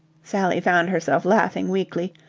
sally found herself laughing weakly.